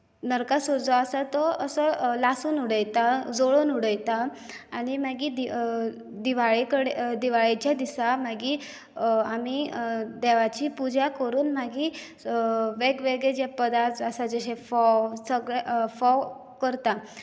नरकासून जो आसा तो लासून उडयतात जळून उडयतात आनी मागीर दिवाळे कडेन दिवाळेच्या दिसा मागीर आमी देवाची पुजा करून मागीर वेग वेगळे जे पदार्थ आसात जशे फोव सगळे फोव करतात